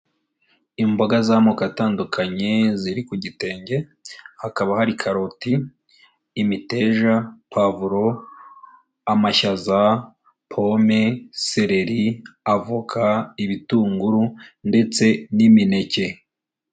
Imboga z'amoko atandukanye ziri ku gitenge, hakaba hari karoti, imiteja, pwavuro, amashyaza, pome, seleri, avoka, ibitunguru ndetse n'imineke.